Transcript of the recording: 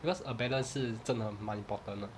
because a balance 是真的蛮 important ah